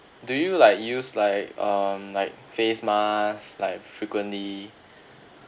do you like use like um like face mask like frequently